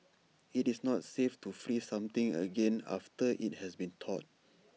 IT is not safe to freeze something again after IT has been thawed